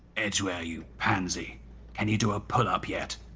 edgware, you pansy can you do a pull up yet?